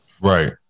Right